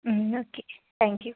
okay thank you